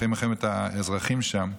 אחרי מלחמת האזרחים שם,